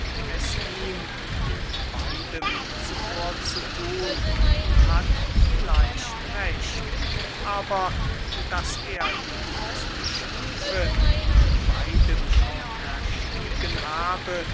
es ihm in beidem zuvorzuthun und hat vielleicht recht aber daß er die höchste stufe in beidem schon erstiegen habe